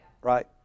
right